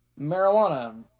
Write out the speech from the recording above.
marijuana